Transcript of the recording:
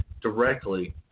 directly